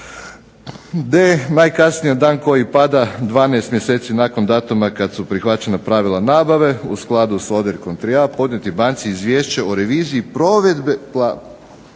D. najkasnije dan koji pada 12 mjeseci nakon datuma kad su prihvaćena pravila nabave u skladu sa odjeljkom 3a. podnijeti banci izvješće o reviziji provedbe pravila